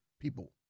people